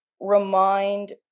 remind